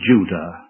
Judah